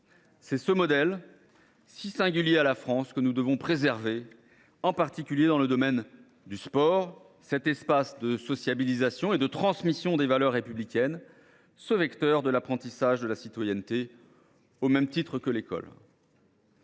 C’est ce modèle, si singulier à la France, que nous devons préserver, en particulier dans le domaine du sport. En effet, ce dernier est un espace de socialisation et de transmission des valeurs républicaines, un vecteur de l’apprentissage de la citoyenneté au même titre que l’école.